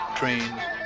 trains